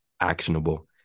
actionable